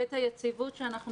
ואת היציבות שאנחנו צריכים.